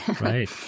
Right